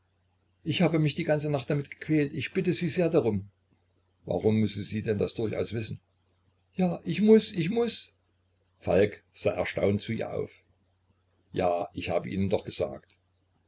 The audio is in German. ich habe mich die ganze nacht damit gequält ich bitte sie sehr darum warum müsse sie denn das durchaus wissen ja ich muß ich muß falk sah erstaunt zu ihr auf ja ich habe ihnen doch gesagt